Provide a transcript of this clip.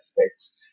aspects